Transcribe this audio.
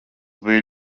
bija